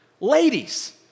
Ladies